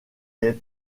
est